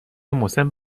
مسن